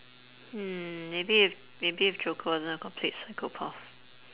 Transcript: hmm maybe if maybe if joker wasn't a complete psychopath